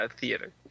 theater